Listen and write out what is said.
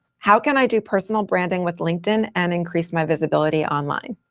how can i do personal branding with linkedin and increase my visibility online?